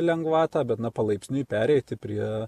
lengvatą bet na palaipsniui pereiti prie